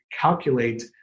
calculate